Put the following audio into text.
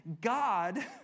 God